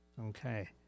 Okay